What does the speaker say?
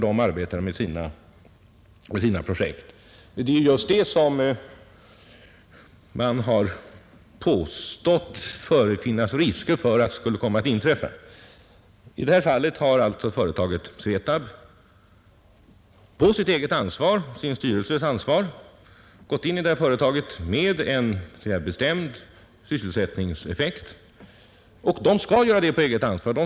Det kan vara värdefullt att påpeka detta, eftersom uppgifter i motsatt riktning har förekommit i pressen. I det här fallet har alltså Svetab på sin styrelses ansvar gått in i Nylandprojektet i syfte att få till stånd en bestämd sysselsättningseffekt. Styrelsen skall göra det på eget ansvar.